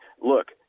look